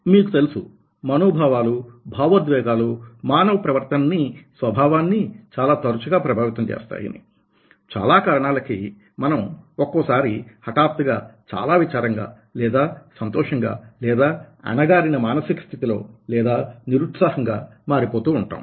మీకు తెలుసు మనోభావాలు భావోద్వేగాలు మానవ ప్రవర్తనని స్వభావాన్ని చాలా తరచుగా ప్రభావితం చేస్తాయి చాలా కారణాలకి మనం ఒక్కోసారి హఠాత్తుగా చాలా విచారంగా లేదా సంతోషంగా లేదా అణగారిన మానసిక స్థితి లో లేదా నిరుత్సాహంగా మారిపోతూ ఉంటాము